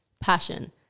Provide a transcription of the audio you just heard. passion